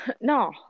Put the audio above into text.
No